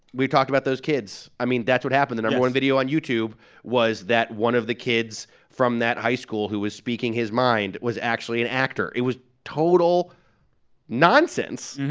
we talked about those kids. i mean, that's what happened yes the no. one video on youtube was that one of the kids from that high school who was speaking his mind was actually an actor. it was total nonsense.